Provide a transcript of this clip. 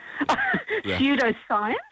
pseudoscience